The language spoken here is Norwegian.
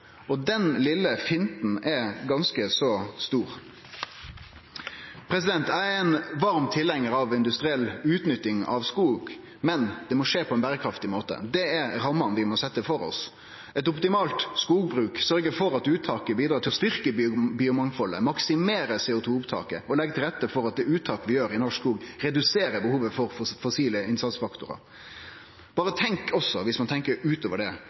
Den vesle finta er ganske så stor. Eg er ein varm tilhengar av industriell utnytting av skog, men det må skje på ein berekraftig måte. Det er rammene vi må setje for oss. Eit optimalt skogbruk sørgjer for at uttaket bidrar til å styrkje biomangfaldet, maksimerer CO2-uttaket og legg til rette for at det uttaket vi gjer i norsk skog, reduserer behovet for fossile innsatsfaktorar. Berre tenk – viss vi tenkjer utover det